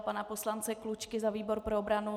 Pana poslance Klučky za výbor pro obranu.